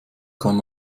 kann